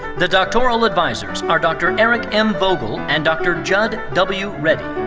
the doctoral advisers are dr. eric m. vogel and dr. judd w. ready.